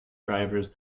drivers